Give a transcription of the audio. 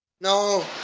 No